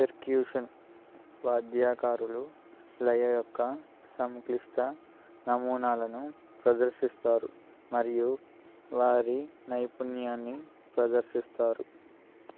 percussion వాద్యకారులు లయ యొక్క సంక్లిష్ట నమూనాలను ప్రదర్శిస్తారు మరియు వారి నైపుణ్యాన్ని ప్రదర్శిస్తారు